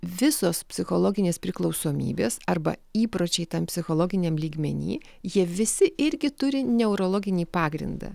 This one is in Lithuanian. visos psichologinės priklausomybės arba įpročiai tam psichologiniam lygmeny jie visi irgi turi neurologinį pagrindą